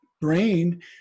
brain